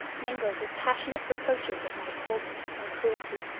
mingled with passionate reproaches of my coldness and cruelty.